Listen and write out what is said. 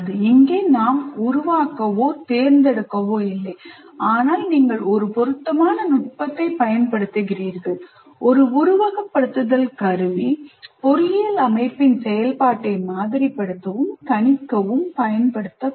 இங்கே நாம் உருவாக்கவோ தேர்ந்தெடுக்கவோ இல்லை ஆனால் நீங்கள் ஒரு பொருத்தமான நுட்பத்தைப் பயன்படுத்துகிறீர்கள் ஒரு உருவகப்படுத்துதல் கருவி பொறியியல் அமைப்பின் செயல்பாட்டை மாதிரிபடுத்தவும் கணிக்கவும் பயன்படுத்தப்படும்